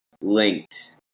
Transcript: linked